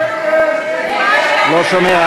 אדוני, לא שומע.